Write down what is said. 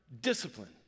discipline